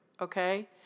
okay